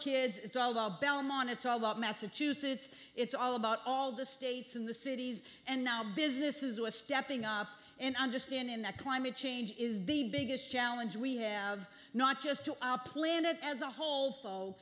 kids it's all about belmont it's all about massachusetts it's all about all the states in the cities and now business is us stepping up and understanding that climate change is the biggest challenge we have not just to our planet as a whole